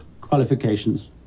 qualifications